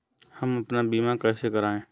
हम अपना बीमा कैसे कराए?